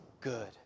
good